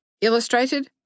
Illustrated